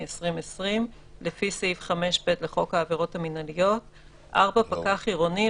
2020) לפי סעיף 5(ב) לחוק העבירות המינהליות; (4)פקח עירוני,